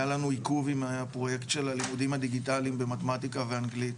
היה לנו עיכוב עם הפרויקט של הלימודים הדיגיטליים במתמטיקה ואנגלית,